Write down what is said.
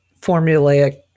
formulaic